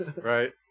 right